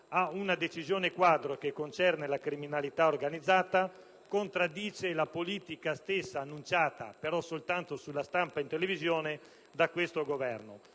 ad una decisione quadro che concerne la criminalità organizzata contraddice la politica stessa annunciata, ma soltanto sulla stampa ed in televisione, dal Governo.